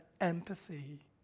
empathy